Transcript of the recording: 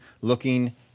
looking